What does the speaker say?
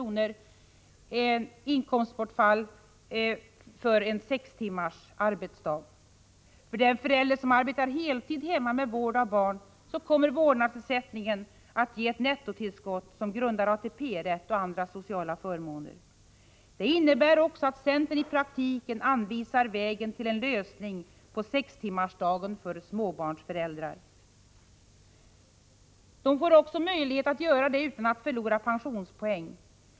kompenserar inkomstbortfallet vid sex timmars arbetsdag. För den förälder som arbetar heltid hemma med vård av barn kommer vårdnadsersättningen att ge ett nettotillskott som utgör grunden till ATP-rätt och andra sociala förmåner. Det innebär också att centern i praktiken anvisar vägen till införande av sextimmarsdagen för småbarnsföräldrar. De får också möjlighet att göra detta utan att förlora pensionspoäng.